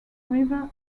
river